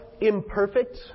imperfect